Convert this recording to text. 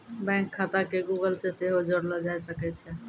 bank खाता के Google से सेहो जोड़लो जाय सकै छै